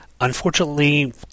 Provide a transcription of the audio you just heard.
unfortunately